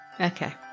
Okay